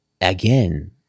again